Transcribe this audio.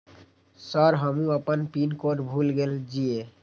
Sir हमू अपना pin code भूल गेल जीये?